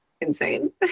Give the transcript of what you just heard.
insane